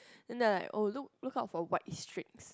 and their like oh look look out for white streaks